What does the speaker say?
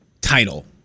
title